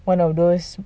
one of those